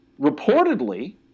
reportedly